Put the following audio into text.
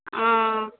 ओ